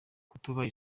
kutubaha